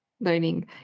learning